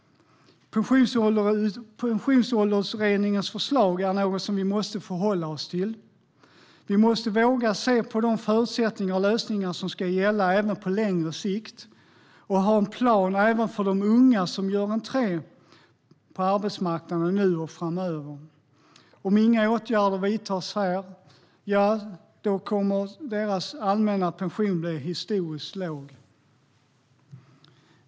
Pensionsåldersutredningens förslag är något som vi måste förhålla oss till. Vi måste våga se på de förutsättningar och lösningar som ska gälla även på längre sikt och ha en plan även för de unga som gör entré på arbetsmarknaden nu och framöver. Om inga åtgärder vidtas här kommer deras allmänna pension att bli historiskt låg.